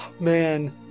Man